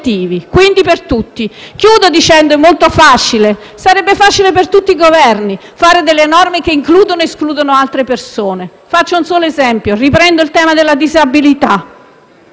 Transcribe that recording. quindi per tutti. Chiudo dicendo che è molto facile - lo sarebbe per tutti i Governi - fare norme che includono ed escludono altre persone. Faccio un solo esempio, riprendendo il tema della disabilità: